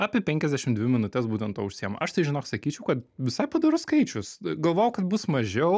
apie penkiasdešim dvi minutes būtent tuo užsiima aš tai žinok sakyčiau kad visai padorus skaičius galvojau kad bus mažiau